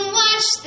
watch